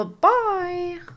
Bye